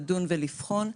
לדון ולבחון.